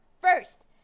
First